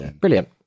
brilliant